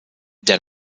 der